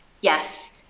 Yes